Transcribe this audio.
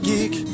Geek